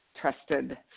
trusted